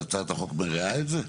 הצעת החוק מרעה את זה?